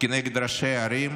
כנגד ראשי הערים,